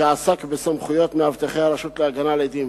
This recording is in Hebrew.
שעסק בסמכויות מאבטחי הרשות להגנה על עדים.